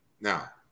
Now